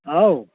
ꯍꯥꯎ